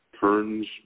turns